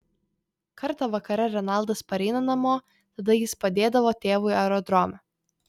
kartą vakare renaldas pareina namo tada jis padėdavo tėvui aerodrome